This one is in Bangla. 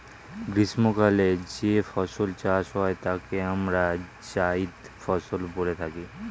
গ্রীষ্মকালে যে ফসল চাষ হয় তাকে আমরা জায়িদ ফসল বলে থাকি